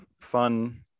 fun